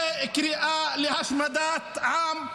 הם קריאה להשמדת עם.